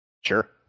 sure